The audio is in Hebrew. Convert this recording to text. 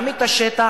גם את השטח